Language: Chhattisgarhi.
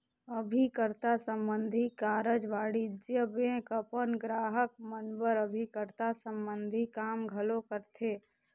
अभिकर्ता संबंधी कारज वाणिज्य बेंक अपन गराहक मन बर अभिकर्ता संबंधी काम घलो करथे